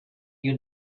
you